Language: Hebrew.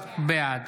בעד